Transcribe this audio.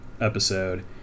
episode